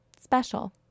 special